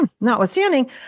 notwithstanding